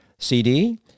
CD